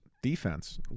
Defense